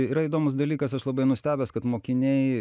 yra įdomus dalykas aš labai nustebęs kad mokiniai